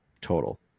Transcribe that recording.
total